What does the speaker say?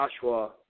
Joshua